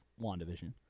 WandaVision